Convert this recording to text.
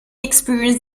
experienced